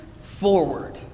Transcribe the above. forward